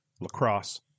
Lacrosse